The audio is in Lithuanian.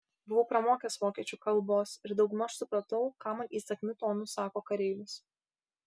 buvau pramokęs vokiečių kalbos ir daugmaž supratau ką man įsakmiu tonu sako kareivis